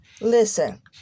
Listen